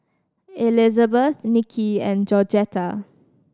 Elizabeth Nicky and Georgetta